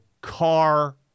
car